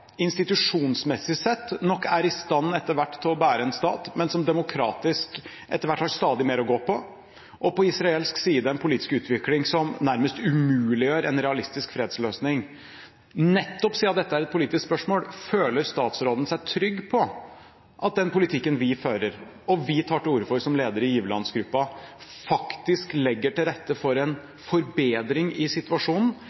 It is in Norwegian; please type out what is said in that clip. institusjonsmessig sett etter hvert nok er i stand til å bære en stat, men som demokratisk etter hvert har stadig mer å gå på, og der man på israelsk side har en politisk utvikling som nærmest umuliggjør en realistisk fredsløsning – og nettopp siden dette er et politisk spørsmål: Føler utenriksministeren seg trygg på at den politikken vi fører og vi tar til orde for som leder av giverlandsgruppen, faktisk legger til rette for